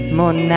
mon